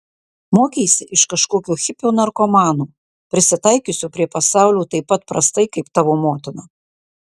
mokeisi iš kažkokio hipio narkomano prisitaikiusio prie pasaulio taip pat prastai kaip tavo motina